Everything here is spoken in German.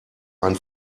ein